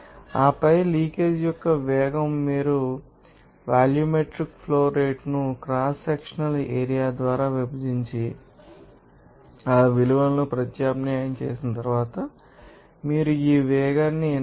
ఆపై లీకేజీ యొక్క వేగం మీరు వాల్యూమెట్రిక్ ఫ్లో రేటును క్రాస్ సెక్షనల్ ఏరియా ద్వారా విభజించి ఆ విలువలను ప్రత్యామ్నాయం చేసిన తరువాత మీరు ఈ వేగాన్ని 4